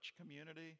community